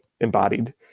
embodied